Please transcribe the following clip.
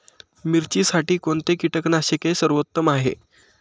मिरचीसाठी कोणते कीटकनाशके सर्वोत्तम आहे?